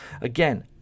Again